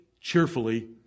Cheerfully